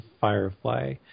Firefly